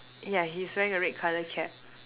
yeah he's wearing a red colour cap